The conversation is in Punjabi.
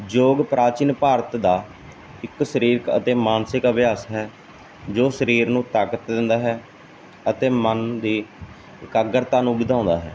ਯੋਗ ਪ੍ਰਾਚੀਨ ਭਾਰਤ ਦਾ ਇੱਕ ਸਰੀਰਕ ਅਤੇ ਮਾਨਸਿਕ ਅਭਿਆਸ ਹੈ ਜੋ ਸਰੀਰ ਨੂੰ ਤਾਕਤ ਦਿੰਦਾ ਹੈ ਅਤੇ ਮਨ ਦੀ ਇਕਾਗਰਤਾ ਨੂੰ ਵਧਾਉਂਦਾ ਹੈ